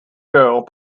girl